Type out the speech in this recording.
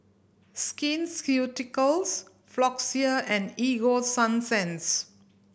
Skin Ceuticals Floxia and Ego Sunsense